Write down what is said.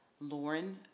Lauren